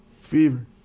fever